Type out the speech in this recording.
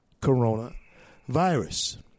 coronavirus